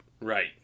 Right